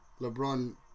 LeBron